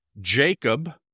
Jacob